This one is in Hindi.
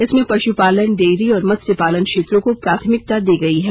इसमें पश्पालन डेयरी और मत्स्यपालन क्षेत्रों को प्राथमिकता दी गई है